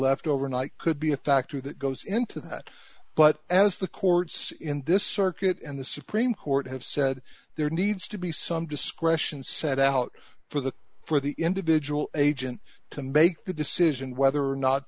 left over night could be a factor that goes into that but as the courts in this circuit and the supreme court have said there needs to be some discretion set out for the for the individual agent to make the decision whether or not